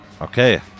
Okay